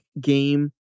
game